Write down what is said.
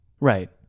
Right